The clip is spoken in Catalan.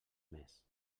més